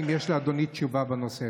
האם יש לאדוני תשובה בנושא?